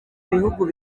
bihugu